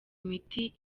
imiti